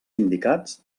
indicats